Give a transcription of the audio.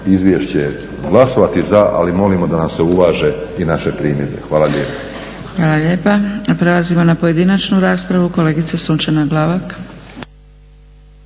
izvješću glasovati za ali molimo da nam se uvaže i naše primjedbe. Hvala lijepo. **Zgrebec, Dragica (SDP)** Hvala lijepa. Prelazimo na pojedinačnu raspravu. Kolegica Sunčana Glavak.